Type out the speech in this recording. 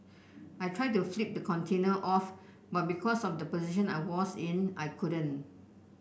I tried to flip the container off but because of the position I was in I couldn't